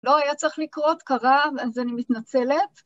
לא היה צריך לקרות, קרה, אז אני מתנצלת.